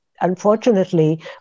Unfortunately